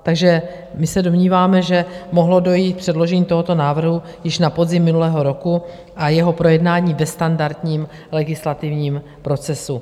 Takže my se domníváme, že mohlo dojít k předložení tohoto návrhu již na podzim minulého roku a jeho projednání ve standardním legislativním procesu.